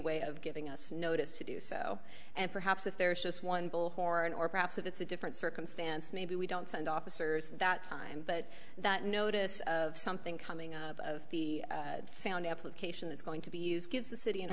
way of giving us notice to do so and perhaps if there is just one bullhorn or perhaps if it's a different circumstance maybe we don't send officers that time but that notice of something coming of the sound application is going to be used gives the city and